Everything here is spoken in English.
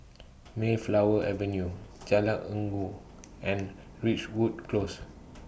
Mayflower Avenue Jalan Inggu and Ridgewood Close